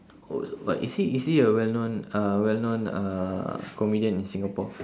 oh but is he is he a well known uh well known uh comedian in singapore